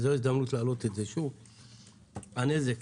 הנזק